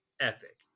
epic